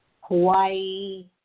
Hawaii